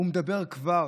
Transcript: והוא מדבר כבר